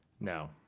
no